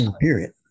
Period